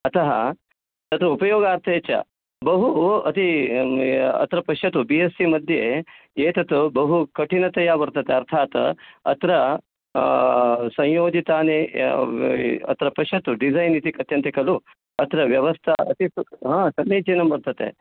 अतः तद् उपयोगार्थे च बहु अति अत्र पश्यतु बी एस् सी मध्ये एतत् बहुकठिनतया वर्तते अर्थात् अत्र संयोजितानि अत्र पश्यतु डिजैन् इति कथ्यन्ते खलु अत्र व्यवस्था अपि समीचीनं वर्तते